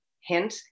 Hint